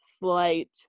Slight